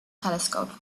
telescope